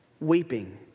weeping